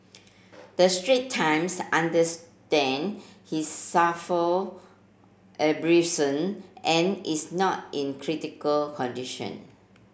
the Straits Times understand he suffer abrasion and is not in critical condition